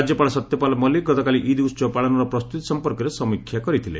ରାଜ୍ୟପାଳ ସତ୍ୟପାଲ୍ ମଲିକ୍ ଗତକାଲି ଇଦ୍ ଉତ୍ସବ ପାଳନର ପ୍ରସ୍ତୁତି ସମ୍ପର୍କରେ ସମୀକ୍ଷା କରିଥିଲେ